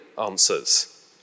answers